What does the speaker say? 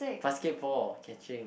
basketball catching